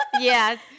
yes